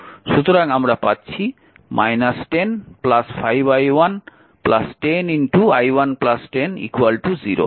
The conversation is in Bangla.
সুতরাং আমরা পেয়েছি 10 5i1 10i1 10 0